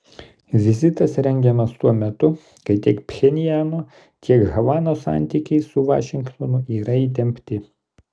vizitas rengiamas tuo metu kai tiek pchenjano tiek havanos santykiai su vašingtonu yra įtempti